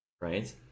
right